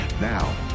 Now